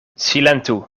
silentu